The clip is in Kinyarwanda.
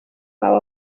wawe